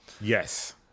Yes